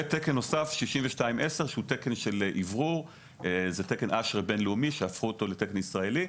תקן 6210 הוא תקן של אוורור בינלאומי שהפכו אותו לישראלי.